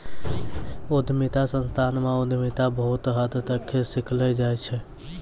उद्यमिता संस्थान म उद्यमिता बहुत हद तक सिखैलो जाय छै